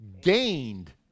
gained